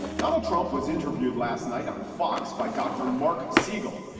donald trump was interviewed last night on fox by dr. marc siegel.